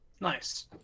Nice